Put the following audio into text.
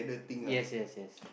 yes yes yes